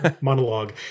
monologue